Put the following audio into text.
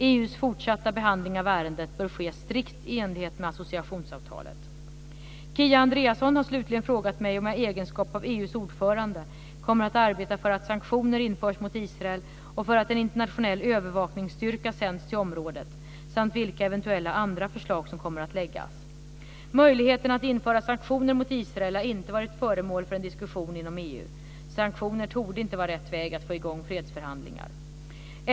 EU:s fortsatta behandling av ärendet bör ske strikt i enlighet med associationsavtalet. Kia Andreasson har slutligen frågat mig om jag i egenskap av EU:s ordförande kommer att arbeta för att sanktioner införs mot Israel, för att en internationell övervakningsstyrka sänds till området samt vilka eventuella andra förslag som kommer att läggas fram. Möjligheten att införa sanktioner mot Israel har inte varit föremål för en diskussion inom EU. Sanktioner torde inte vara rätt väg att få i gång fredsförhandlingar.